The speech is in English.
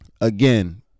Again